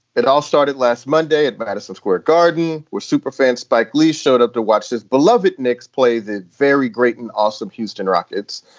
it all started last monday at but madison square garden with super fans. spike lee showed up to watch his beloved knicks play the very great and awesome houston rockets.